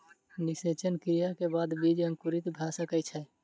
निषेचन क्रिया के बाद बीज अंकुरित भ सकै छै